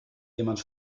jemand